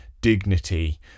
dignity